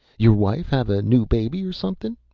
your wife have a new baby or something?